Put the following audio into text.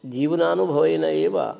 जीवनानुभवनेन एव